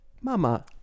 Mama